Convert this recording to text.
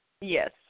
Yes